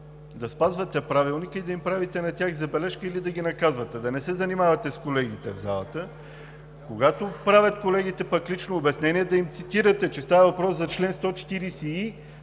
да спазвате Правилника и да им правите на тях забележка или да ги наказвате, да не се занимавате с колегите в залата. Когато правят колегите пък лично обяснение, да им цитирате, че става въпрос за чл. 140и,